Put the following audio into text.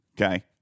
Okay